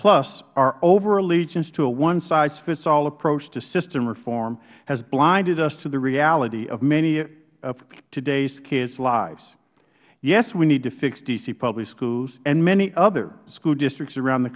plus our over allegiance to a one size fits all approach to system reform has blinded us to the reality of many of today's kids lives yes we need to fix d c public schools and many other school districts around the